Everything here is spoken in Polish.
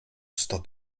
sto